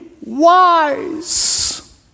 wise